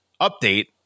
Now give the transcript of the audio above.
Update